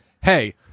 Hey